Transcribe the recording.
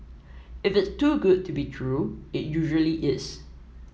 if it's too good to be true it usually is